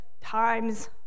times